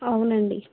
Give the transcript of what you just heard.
అవునండి